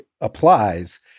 applies